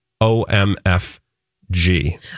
O-M-F-G